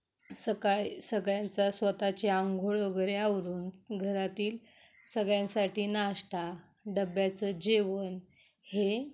सकाळी सगळ्यांचं स्वतःची आंघोळ वगैरे आवरून घरातील सगळ्यांसाठी नाश्ता डब्याचं जेवण हे